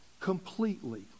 Completely